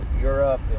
Europe